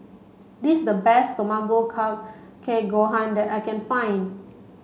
this is the best Tamago Kake Gohan that I can find